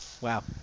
Wow